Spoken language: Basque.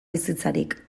bizitzarik